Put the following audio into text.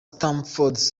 stamford